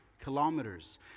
kilometers